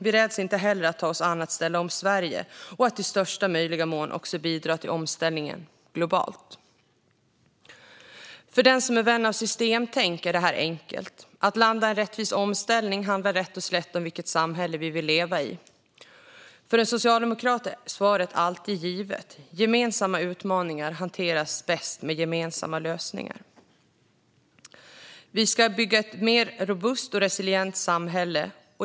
Vi räds inte heller att ta oss an att ställa om Sverige och att i största möjliga mån också bidra till omställningen globalt. För den som är vän av systemtänk är det här enkelt. Att landa i en rättvis omställning handlar rätt och slätt om vilket samhälle vi vill leva i. För en socialdemokrat är svaret alltid givet: Gemensamma utmaningar hanteras bäst med gemensamma lösningar. Vi ska bygga ett mer robust och resilient samhälle.